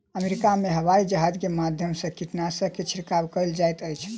America में हवाईजहाज के माध्यम से कीटनाशक के छिड़काव कयल जाइत अछि